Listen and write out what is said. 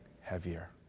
heavier